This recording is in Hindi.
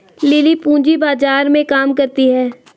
लिली पूंजी बाजार में काम करती है